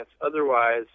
Otherwise